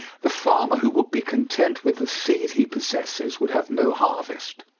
the farmer who would be content with the seed he possesses would have no harvest.